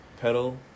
pedal